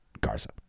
Garza